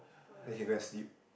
can go and sleep